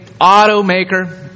automaker